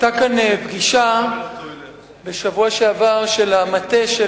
היתה כאן בשבוע שעבר פגישה של המטה של